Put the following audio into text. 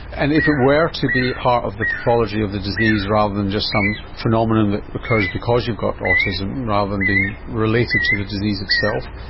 and if it were to be part of the pathology of the disease rather than just some phenomenon that occurs because you've got autism rather than being related to the disease itself,